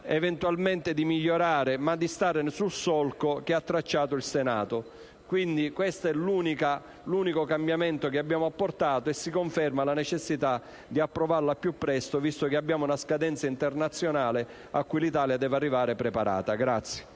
eventualmente di migliorare, rimanendo nel solco che ha tracciato il Senato. Questo è l'unico cambiamento che abbiamo apportato e si conferma la necessità di approvare il provvedimento al più presto, visto che abbiamo una scadenza internazionale a cui l'Italia deve arrivare preparata.